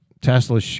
Tesla